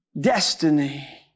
destiny